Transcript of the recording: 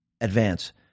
advance